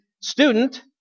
student